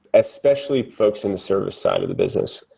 especially folks in the service side of the business,